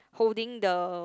holding the